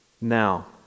Now